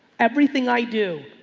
everything i do,